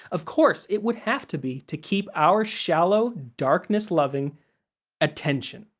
of course, it would have to be to keep our shallow, darkness-loving attention.